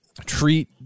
treat